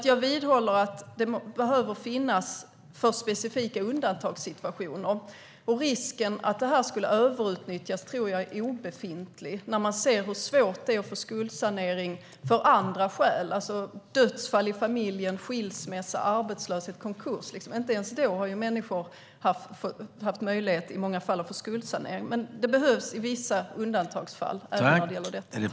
Jag vidhåller att skuldsanering behöver finnas för specifika undantagssituationer. Risken att det skulle överutnyttjas tror jag är obefintlig, när man ser hur svårt det är att få skuldsanering av andra skäl, som dödsfall i familjen, skilsmässa, arbetslöshet och konkurs. Inte ens då har människor i många fall fått möjlighet till skuldsanering. Det behövs i vissa undantagsfall även när det gäller detta.